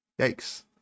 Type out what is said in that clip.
Yikes